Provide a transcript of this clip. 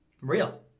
Real